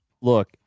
Look